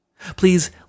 Please